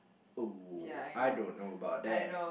!woo! I don't know about that